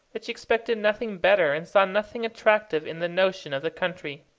that she expected nothing better, and saw nothing attractive in the notion of the country.